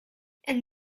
and